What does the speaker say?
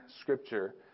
Scripture